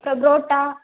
அப்புறம் புரோட்டா